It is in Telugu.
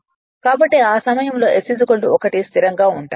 కాబట్టి ఆ సమయంలో s 1 స్థిరంగా ఉంటాయి